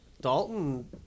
Dalton